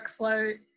workflow